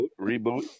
Reboot